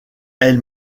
elle